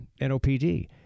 NOPD